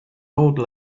old